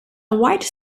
white